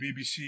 BBC